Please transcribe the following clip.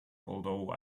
although